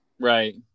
Right